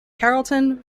carrollton